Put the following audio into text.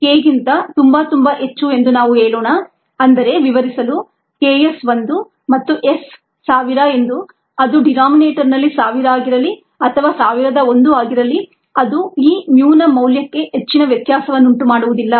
S K ಗಿಂತ ತುಂಬಾ ತುಂಬಾ ಹೆಚ್ಚು ಎಂದು ನಾವು ಹೇಳೋಣ ಅಂದರೆ ವಿವರಿಸಲು K s 1 ಮತ್ತು S 1000 ಎಂದು ಅದು ಡೀನೋಮಿನೇಟರ್ನಲ್ಲಿ 1000 ಆಗಿರಲಿ ಅಥವಾ 1001 ಆಗಿರಲಿ ಇದು ಈ mu ನ ಮೌಲ್ಯಕ್ಕೆ ಹೆಚ್ಚಿನ ವ್ಯತ್ಯಾಸವನ್ನುಂಟುಮಾಡುವುದಿಲ್ಲ